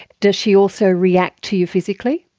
does she also react to you physically?